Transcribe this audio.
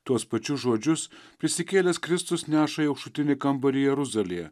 tuos pačius žodžius prisikėlęs kristus neša į aukštutinį kambarį jeruzalėje